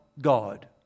God